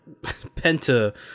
Penta